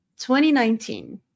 2019